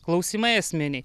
klausimai esminiai